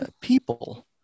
people